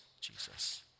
Jesus